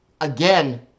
Again